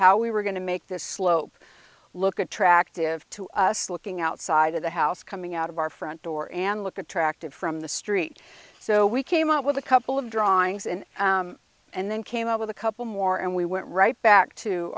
how we were going to make this slope look at track to give to us looking outside of the house coming out of our front door and look at tracked it from the street so we came up with a couple of drawings and and then came up with a couple more and we went right back to